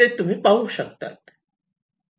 ते तुम्ही ते पाहू शकतात